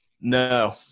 No